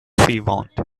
suivante